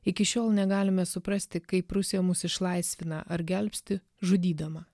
iki šiol negalime suprasti kaip rusija mus išlaisvina ar gelbsti žudydama